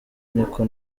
niko